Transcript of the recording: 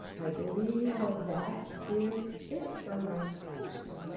i believe that is it for my portion,